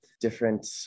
different